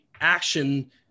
action